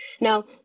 Now